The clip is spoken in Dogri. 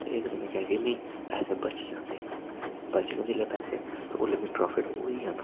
ते एह्दे कन्नै कि मीं पैसे बची जांदे बचगङ जिसले पैसे ते उसलै मिगी प्राफिट होई जाना